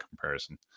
comparison